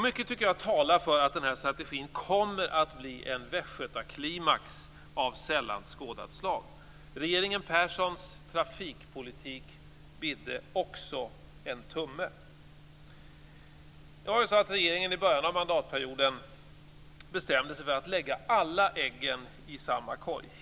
Mycket tycker jag talar för att den här strategin kommer att bli en västgötaklimax av sällan skådat slag. Regeringen Perssons trafikpolitik bidde också en tumme. Regeringen bestämde sig i början av mandatperioden för att lägga alla äggen i samma korg.